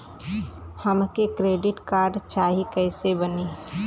हमके credit card चाही कैसे बनी?